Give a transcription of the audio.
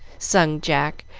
sung jack,